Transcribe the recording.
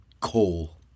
Coal